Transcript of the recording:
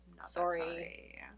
Sorry